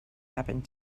happened